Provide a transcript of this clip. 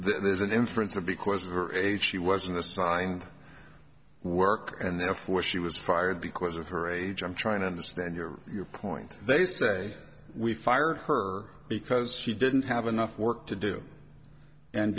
there's an inference that because of her age she wasn't assigned work and therefore she was fired because of her age i'm trying to understand your point they say we fired her because she didn't have enough work to do and